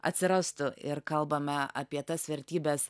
atsirastų ir kalbame apie tas vertybes